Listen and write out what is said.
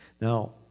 Now